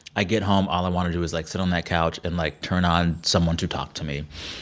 i get home. all i want to do is, like, sit on that couch and, like, turn on someone to talk to me.